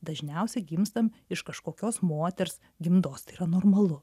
dažniausia gimstam iš kažkokios moters gimdos tai yra normalu